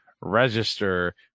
register